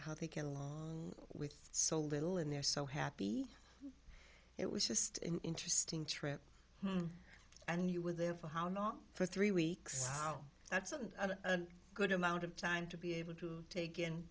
how they get along with so little and they're so happy it was just an interesting trip and you were there for how long for three weeks that's a good amount of time to be able to take